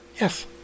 yes